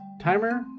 Timer